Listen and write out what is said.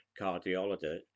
cardiologist